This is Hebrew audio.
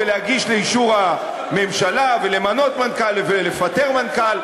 ולהגיש לאישור הממשלה, ולמנות מנכ"ל ולפטר מנכ"ל.